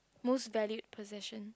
most valued possession